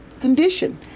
condition